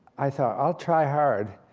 i thought i'll try hard.